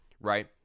right